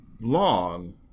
long